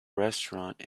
restaurant